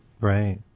Right